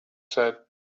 said